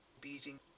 beating